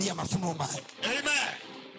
Amen